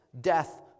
death